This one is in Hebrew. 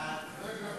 סעיפים